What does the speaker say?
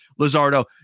Lizardo